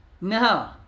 No